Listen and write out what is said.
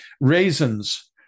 raisins